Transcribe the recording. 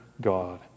God